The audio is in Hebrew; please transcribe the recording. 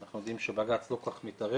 אנחנו יודעים שבג"צ לא כל כך מתערב,